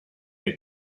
the